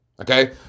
Okay